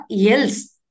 else